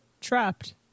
trapped